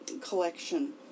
collection